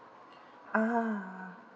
ah